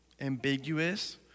ambiguous